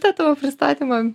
tą tavo pristatymą